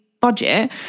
budget